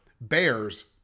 bears